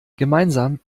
gemeinsam